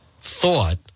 thought